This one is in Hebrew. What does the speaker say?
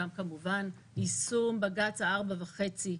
גם כמובן יישום בג"ץ ה-4.5.